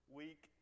week